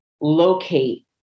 locate